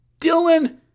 Dylan